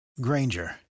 Granger